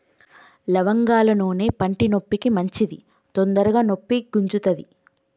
లవంగాల నూనె పంటి నొప్పికి మంచిది తొందరగ నొప్పి గుంజుతది